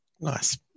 Nice